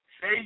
Say